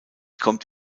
kommt